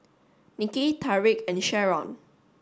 Niki Tariq and Sherron